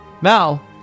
Mal